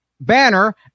banner